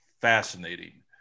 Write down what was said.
Fascinating